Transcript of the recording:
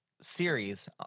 series